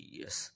yes